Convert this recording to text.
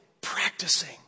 practicing